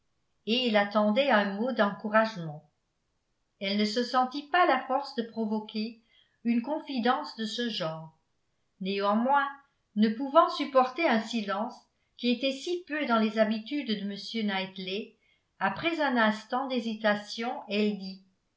et il attendait un mot d'encouragement elle ne se sentit pas la force de provoquer une confidence de ce genre néanmoins ne pouvant supporter un silence qui était si peu dans les habitudes de m knightley après un instant d'hésitation elle dit